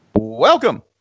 Welcome